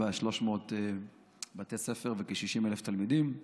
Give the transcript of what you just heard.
שבה 300 בתי ספר וכ-60,000 תלמידים.